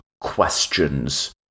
questions